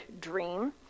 dream